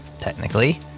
technically